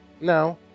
No